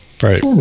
Right